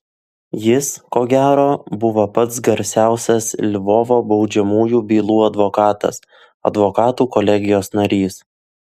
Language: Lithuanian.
jis ko gero buvo pats garsiausias lvovo baudžiamųjų bylų advokatas advokatų kolegijos narys